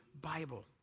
Bible